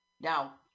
Now